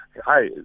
Hi